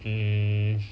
mm